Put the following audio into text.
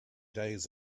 days